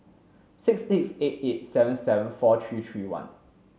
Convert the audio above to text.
six six eight eight seven seven four three three one